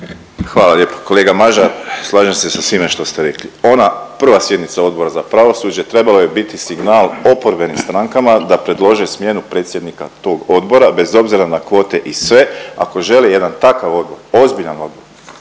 Hvala lijepo. Kolega Mažar slažem se sa svime što ste rekli. Ona prva sjednica Odbora za pravosuđe trebala je biti signal oporbenim strankama da predlože smjenu predsjednika tog odbora bez obzira na kvote i sve. Ako žele jedan takav odbor, ozbiljan odbor